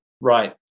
right